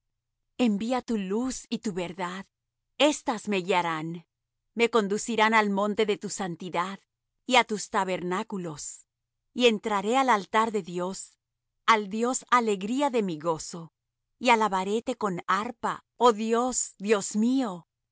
envía tu luz y tu verdad éstas me guiarán me conducirán al monte de tu santidad y á tus tabernáculos y entraré al altar de dios al dios alegría de mi gozo y alabaréte con arpa oh dios dios mío